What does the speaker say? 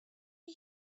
are